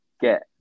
get